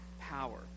power